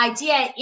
idea